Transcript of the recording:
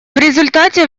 результате